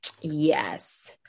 yes